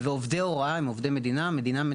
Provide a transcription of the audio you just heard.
עובדי הוראה הם עובדי מדינה,